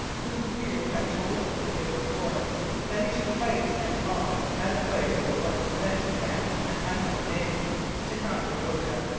whose weird had told him a year before that he should fight and fall at a place with what was then to him an unknown name ticonderoga.